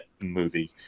movie